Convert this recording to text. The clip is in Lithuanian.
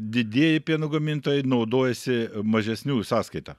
didieji pieno gamintojai naudojasi mažesnių sąskaita